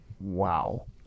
wow